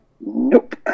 Nope